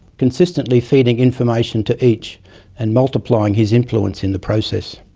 consistently feeding information to each and multiplying his influence in the process.